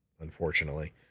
Unfortunately